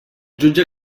jutge